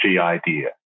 idea